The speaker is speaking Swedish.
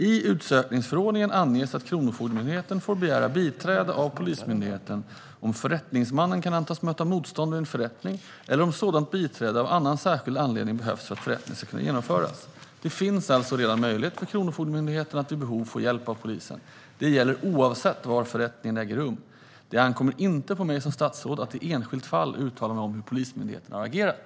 I utsökningsförordningen anges att Kronofogdemyndigheten får begära biträde av Polismyndigheten, om förrättningsmannen kan antas möta motstånd vid en förrättning eller om sådant biträde av annan särskild anledning behövs för att förrättningen ska kunna genomföras. Det finns alltså redan möjlighet för Kronofogdemyndigheten att vid behov få hjälp av polisen. Detta gäller oavsett var förrättningen äger rum. Det ankommer inte på mig som statsråd att i ett enskilt fall uttala mig om hur Polismyndigheten agerat.